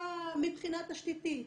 מבחינה תשתיתית,